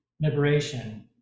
liberation